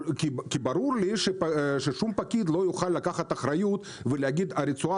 כי ברור לי ששום פקיד לא יוכל לקחת אחריות ולהגיד "את הרצועה